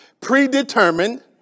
predetermined